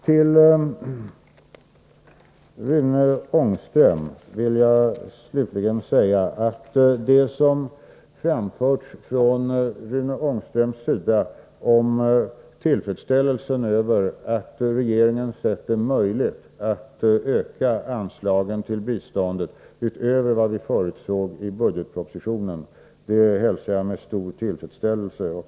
Till Rune Ångström vill jag slutligen säga att det han sade om tillfredsställelsen över att regeringen sett det möjligt att öka anslagen till biståndet Internationellt utvecklingssamutöver vad vi förutsåg i budgetpropositionen hälsar jag med stor tillfredsstälarbetem.m. lelse.